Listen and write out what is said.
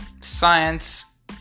science